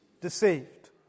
deceived